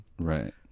Right